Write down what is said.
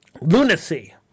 lunacy